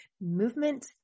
movement